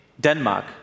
Denmark